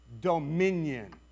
dominion